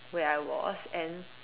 where I was and